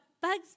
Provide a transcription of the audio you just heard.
bugs